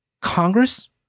Congress